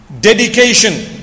Dedication